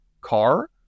car